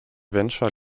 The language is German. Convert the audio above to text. venture